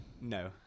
no